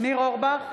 ניר אורבך,